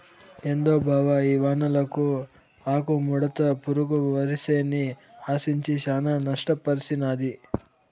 ఏందో బావ ఈ వానలకు ఆకుముడత పురుగు వరిసేన్ని ఆశించి శానా నష్టపర్సినాది